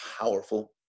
powerful